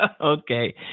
Okay